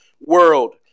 world